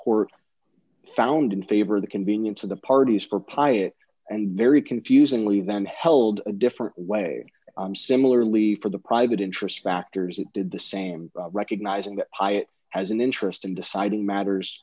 court found in favor the convenience of the parties for pi it and very confusing leave them held a different way similarly for the private interest factors that did the same recognizing that hiatt has an interest in deciding matters